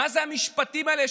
מה זה המשפטים האלה,